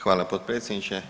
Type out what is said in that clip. Hvala potpredsjedniče.